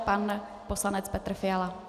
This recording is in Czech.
Pan poslanec Petr Fiala.